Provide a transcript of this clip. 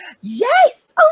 yes